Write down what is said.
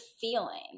feeling